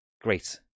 great